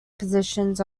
positions